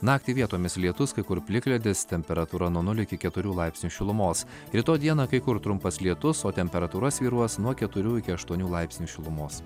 naktį vietomis lietus kai kur plikledis temperatūra nuo nulio iki keturių laipsnių šilumos rytoj dieną kai kur trumpas lietus o temperatūra svyruos nuo keturių iki aštuonių laipsnių šilumos